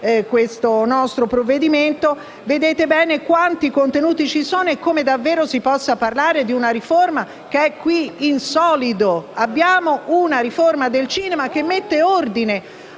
questo nostro provvedimento hanno potuto notare quanti contenuti ci sono e come davvero si possa parlare di una riforma che è qui in solido. Abbiamo una riforma del cinema che mette ordine